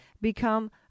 become